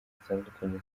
zitandukanye